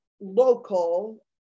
local